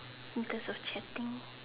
because of chatting